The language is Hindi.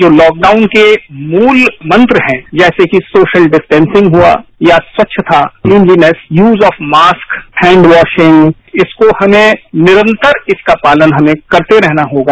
जो लॉकडाउन के मूल मंत्र हैं जैसे की सोशल डिस्टेसिंग हुआ या स्पच्छता cleanliness use of mask hand washing इसकों हमें निरंतर इसका पालन हमें करते रहना होगा